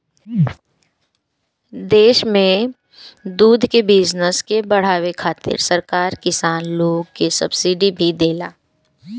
देश में दूध के बिजनस के बाढ़ावे खातिर सरकार किसान लोग के सब्सिडी भी देला